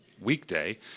weekday